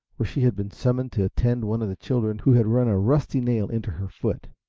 where she had been summoned to attend one of the children, who had run a rusty nail into her foot.